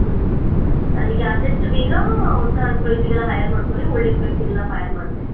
ಹ್ಞೂ ಅದಕ್ಕೆ ಆದಷ್ಟು ಬೇಗ ಹೊಸ ಎಂಪ್ಲಾಯೀಸಿಗೆಲ್ಲ ಹೈಯರ್ ಮಾಡ್ಕೊರಿ ಒಲ್ಡ್ ಎಂಪ್ಲಾಯಿಸಿಗೆಲ್ಲ ಫೈರ್ ಮಾಡಿಬಿಡಿ